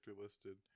listed